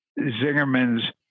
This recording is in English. Zingerman's